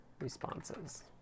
responses